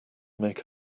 make